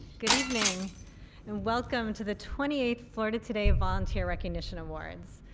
good evening and welcome to the twenty eighth florida today's volunteer recognition awards.